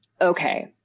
okay